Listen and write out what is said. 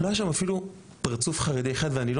לא היה אפילו פרצוף חרדי אחד ואני לא